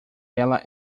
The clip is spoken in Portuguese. ela